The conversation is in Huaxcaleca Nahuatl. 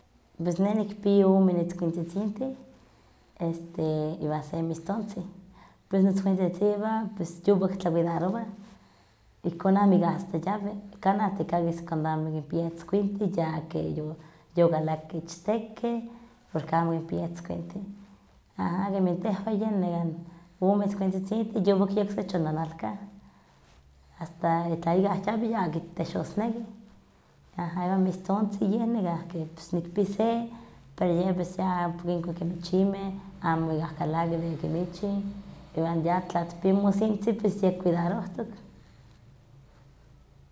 Pues neh nikpi ome n itzkuintzitzintih iwan se mistontzin. Pues notzkuintzitziwah, pues yuwak tlacuidarowah, ihkon amikah yawi, kanah tikakis kan amo kipiah itzkuintli ya keh yo yokalakeh ichtekeh porque amo kipiah itzkuintih, aha kemin tehwan yeh nekan omeh itzkuintzitzintih yuwak yeh ps techonnanalkah, asta ya tla ikah yawi kitetexosneki. Aha iwan yeh mistontzin yeh nekahki pues nikpi se pero ye pues ya ompa kinkua kimichimeh, amikah kalakih de kimichin iwan ya tla tikpia mosintzin ye kicuidarohtok.